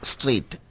Street